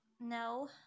No